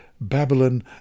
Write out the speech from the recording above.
Babylon